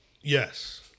Yes